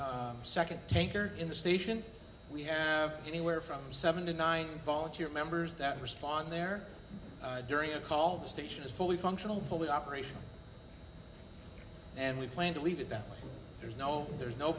our second tanker in the station we have anywhere from seven to nine volunteer members that respond there during a call the station is fully functional fully operational and we plan to leave it that there's no there's no